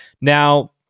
Now